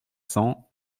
cents